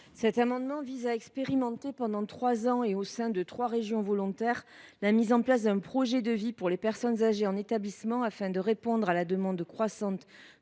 Cet amendement vise à expérimenter, pendant trois ans et au sein de trois régions volontaires, la mise en place d’un « projet de vie » pour les personnes âgées en établissement, afin de répondre à la demande croissante